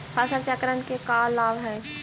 फसल चक्रण के का लाभ हई?